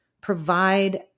provide